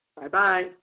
Bye-bye